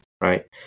right